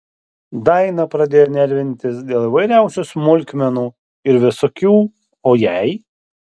daina pradėjo nervintis dėl įvairiausių smulkmenų ir visokių o jei